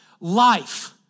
Life